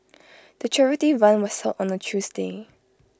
the charity run was held on A Tuesday